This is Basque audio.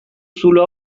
zulo